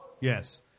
Yes